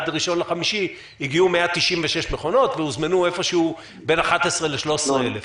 ה-1.5 הגיעו 196 מכונות והוזמנו בין 11,000 ל-13,000.